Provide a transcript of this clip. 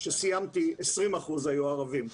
כשסיימתי 20% היו ערבים.